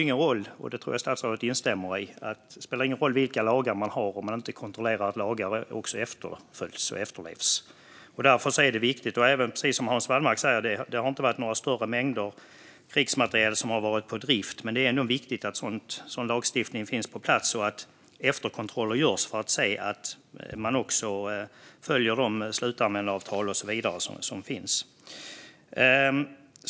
Men det spelar ju ingen roll vilka lagar vi har om vi inte kontrollerar att lagarna också efterlevs. Precis som Hans Wallmark sa har inte någon större mängd krigsmateriel varit på drift, men det är ändå viktigt att en sådan lagstiftning finns på plats och att efterkontroller görs för att se att man också följer de slutanvändaravtal med mera som finns.